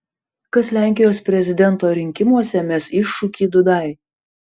kas lenkijos prezidento rinkimuose mes iššūkį dudai